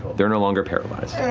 they're no longer paralyzed.